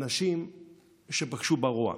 אנשים שפגשו ברוע.